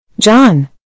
John